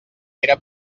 pere